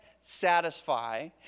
satisfy